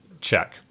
check